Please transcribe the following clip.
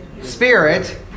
Spirit